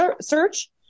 search